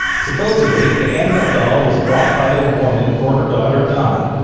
supposedly, the annabelle doll was bought by a woman for her daughter, donna.